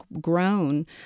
grown